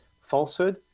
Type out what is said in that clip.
falsehood